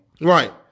Right